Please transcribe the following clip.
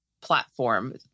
platform